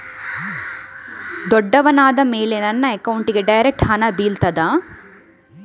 ದೊಡ್ಡವನಾದ ಮೇಲೆ ನನ್ನ ಅಕೌಂಟ್ಗೆ ಡೈರೆಕ್ಟ್ ಹಣ ಬೀಳ್ತದಾ?